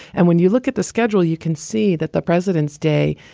and when you look at the schedule, you can see that the president's day,